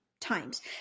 times